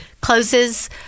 Closes